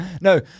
no